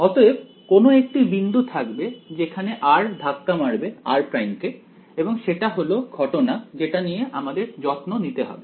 অতএব কোনও একটি বিন্দু থাকবে যেখানে r ধাক্কা মারবে r' কে এবং সেটা হলো ঘটনা যেটা নিয়ে আমাদের যত্ন নিতে হবে